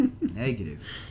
Negative